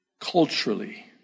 culturally